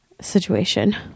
situation